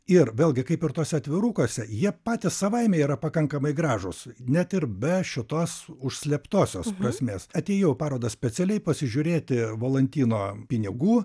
ir vėlgi kaip ir tuose atvirukuose jie patys savaime yra pakankamai gražūs net ir be šitos užslėptosios prasmės atėjau į parodą specialiai pasižiūrėti valantino pinigų